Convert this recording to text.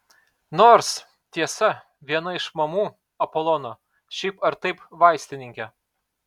nors tiesa viena iš mamų apolono šiaip ar taip vaistininkė